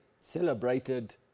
celebrated